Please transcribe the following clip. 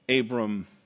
Abram